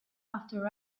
after